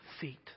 feet